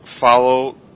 follow